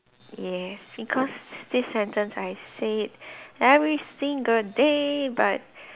yes because this sentence I say every single day but